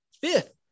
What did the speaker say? fifth